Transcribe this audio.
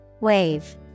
Wave